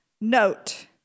Note